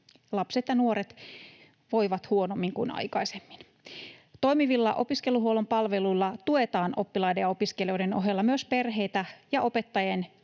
Lapset ja nuoret voivat huonommin kuin aikaisemmin. Toimivilla opiskeluhuollon palveluilla tuetaan oppilaiden ja opiskelijoiden ohella myös perheitä ja opettajien